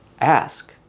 ask